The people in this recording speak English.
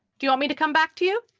do you want me to come back to you?